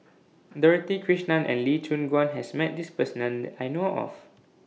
Dorothy Krishnan and Lee Choon Guan has Met This Person that I know of